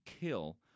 kill